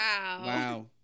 Wow